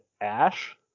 Ash